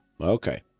Okay